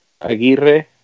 Aguirre